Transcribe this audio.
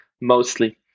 mostly